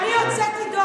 בכלל להוציא אותה